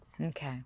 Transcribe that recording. Okay